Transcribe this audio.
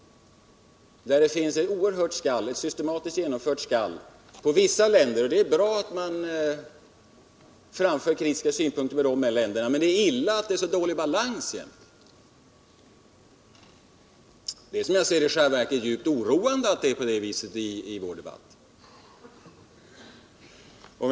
Här förekommer ett systematiskt skall mot vissa länder, och det är bra att man för fram kritiska synpunkter på dem, men det är illa att det alltid är så dålig balans i denna kritik. Det är som jag ser det i själva verket djupt oroande att vår debatt har denna slagsida.